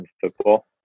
football